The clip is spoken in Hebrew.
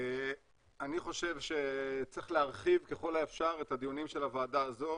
אני חושב שצריך להרחיב ככל האפשר את הדיונים של הוועדה הזו.